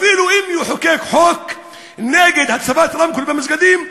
אפילו אם יחוקק חוק נגד הצבת רמקול במסגדים,